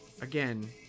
again